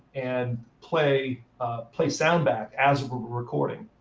and play play sound back as we're recording.